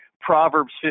Proverbs